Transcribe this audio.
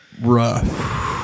rough